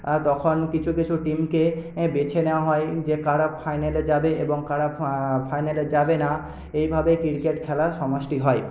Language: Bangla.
তখন কিছু কিছু টিমকে বেছে নেওয়া হয় যে কারা ফাইনালে যাবে এবং কারা ফাইনালে যাবে না এইভাবে ক্রিকেট খেলার সমষ্টি হয়